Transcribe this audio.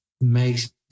makes